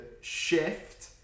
shift